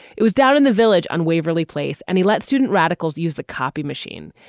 it was down in the village on waverly place and he let student radicals use the copy machine.